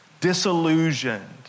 disillusioned